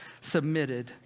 submitted